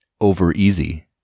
over-easy